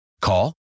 Call